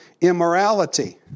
immorality